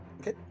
Okay